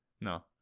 No